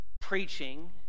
preaching